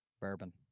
bourbon